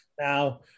now